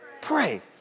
pray